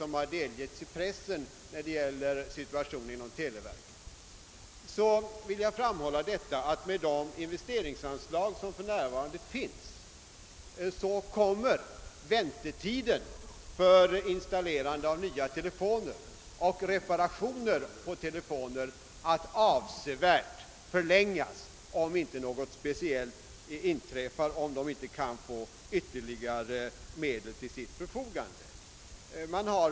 Med nuvarande investeringsanslag kommer väntetiden för installation av nya telefoner och telefonreparationer att förlängas avsevärt, om inte verket får ytterligare medel till sitt förfogande.